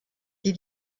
die